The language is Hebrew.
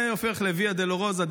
זה הופך לוויה דולורוזה,